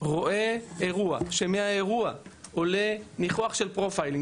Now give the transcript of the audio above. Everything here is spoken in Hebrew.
רואה אירוע שמהאירוע עולה ניחוח של "פרופיילינג".